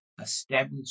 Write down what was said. established